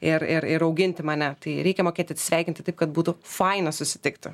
ir ir auginti mane tai reikia mokėti atsisveikinti taip kad būtų faina susitikti